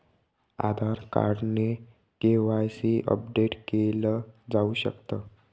आधार card ने KYC update केल जाऊ शकत